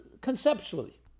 conceptually